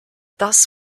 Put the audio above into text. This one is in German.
das